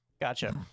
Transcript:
Gotcha